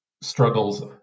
struggles